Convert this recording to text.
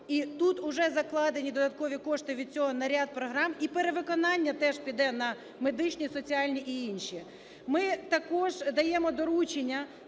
І тут уже закладені додаткові кошти від цього на ряд програм і перевиконання теж піде на медичні, соціальні і інші. Ми також даємо доручення